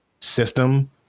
system